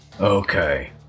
Okay